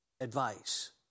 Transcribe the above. advice